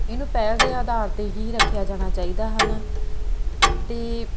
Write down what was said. ਇਹਨੂੰ ਪਹਿਲ ਦੇ ਅਧਾਰ 'ਤੇ ਹੀ ਰੱਖਿਆ ਜਾਣਾ ਚਾਹੀਦਾ ਹਨ ਅਤੇ